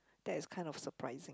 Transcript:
that is kind of surprising